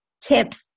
tips